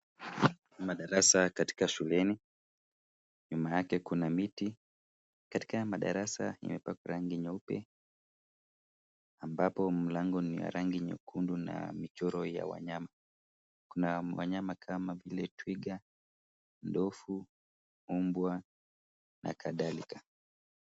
Madarasa katika shuleni, nyuma yake kuna miti. Katika madarasa imepakwa rangi nyeupe, ambapo mlango ni ya rangi nyekundu na michoro ya wanyama. Kuna wanyama kama vile twiga, ndovu, mbwa na kadhalika.